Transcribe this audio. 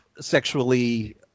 sexually